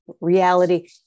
reality